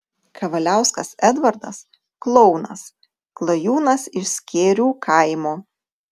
kavaliauskas edvardas klounas klajūnas iš skėrių kaimo